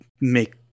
make